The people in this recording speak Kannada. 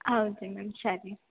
ಹೌದ್ರಿ ಮ್ಯಾಮ್ ಸರಿ